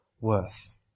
worth